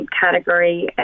category